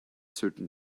certain